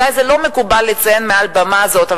שאולי לא מקובל לציין מעל במה זאת,